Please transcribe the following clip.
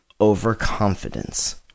overconfidence